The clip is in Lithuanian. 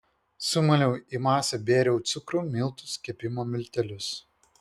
sumaliau į masę bėriau cukrų miltus kepimo miltelius